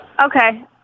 Okay